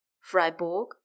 Freiburg